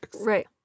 Right